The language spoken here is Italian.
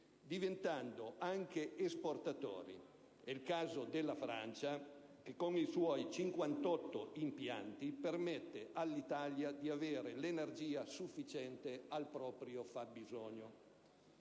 diventando anche esportatori. È il caso della Francia, che con i suoi 58 impianti permette all'Italia di avere l'energia sufficiente al proprio fabbisogno;